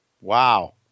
Wow